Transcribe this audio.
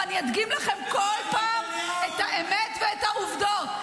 ואני אדגים לכם בכל פעם את האמת ואת העובדות,